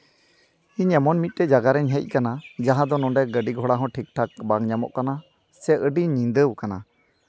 ᱤᱧ ᱮᱢᱚᱱ ᱢᱤᱫᱴᱮᱡ ᱡᱟᱭᱜᱟᱨᱤᱧ ᱦᱮᱡ ᱠᱟᱱᱟ ᱡᱟᱦᱟᱸ ᱫᱚ ᱱᱚᱰᱮ ᱜᱟᱹᱰᱤ ᱜᱷᱚᱲᱟ ᱦᱚᱸ ᱴᱷᱤᱠᱼᱴᱷᱟᱠ ᱵᱟᱝ ᱧᱟᱢᱚᱜ ᱠᱟᱱᱟ ᱥᱮ ᱟᱹᱰᱤ ᱧᱤᱫᱟᱹᱣ ᱟᱠᱟᱱᱟ